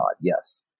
Yes